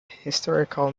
historical